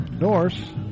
Norse